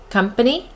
company